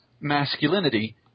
masculinity